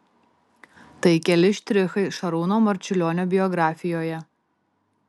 tai keli štrichai šarūno marčiulionio biografijoje